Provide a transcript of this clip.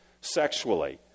sexually